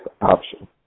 option